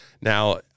Now